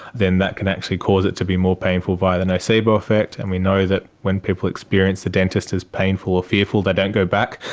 then that can actually cause it to be more painful via the nocebo effect. and we know that when people experience the dentist as painful or fearful, they don't go back,